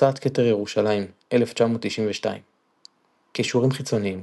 הוצאת כתר ירושלים, 1992 קישורים חיצוניים